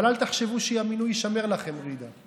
אבל אל תחשבו שהמינוי יישמר לכם, ג'ידא.